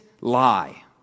lie